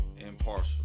impartial